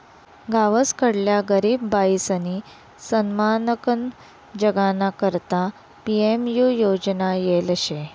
गावसकडल्या गरीब बायीसनी सन्मानकन जगाना करता पी.एम.यु योजना येल शे